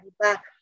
back